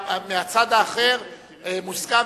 מהצד האחר, מוסכם